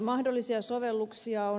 mahdollisia sovelluksia on